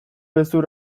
hezur